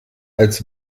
als